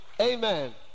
Amen